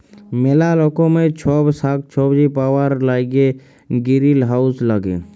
ম্যালা রকমের ছব সাগ্ সবজি পাউয়ার ল্যাইগে গিরিলহাউজ ল্যাগে